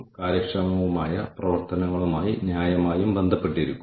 തുടർന്ന് നമ്മൾ മൈന്റെനൻസ് അല്ലെങ്കിൽ കോമ്പൻസേഷനിലേക്ക് നീങ്ങുന്നു